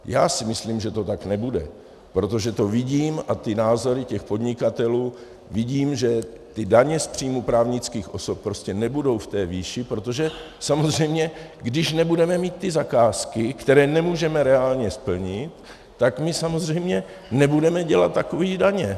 Já si myslím, že to tak nebude, protože to vidím, a ty názory těch podnikatelů, vidím, že ty daně z příjmu právnických osob prostě nebudou v té výši, protože samozřejmě když nebudeme mít ty zakázky, které nemůžeme reálně splnit, tak my samozřejmě nebudeme dělat takové daně.